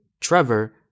Trevor